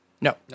No